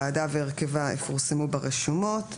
והרכבה יפורסמו ברשומות.